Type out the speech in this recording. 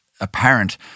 apparent